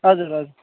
हजुर हजुर